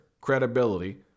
credibility